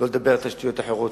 שלא לדבר על תשתיות אחרות,